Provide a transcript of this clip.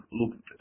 looked